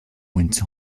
went